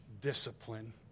discipline